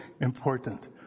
important